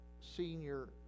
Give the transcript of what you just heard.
senior